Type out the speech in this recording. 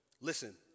Listen